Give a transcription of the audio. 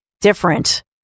different